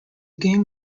game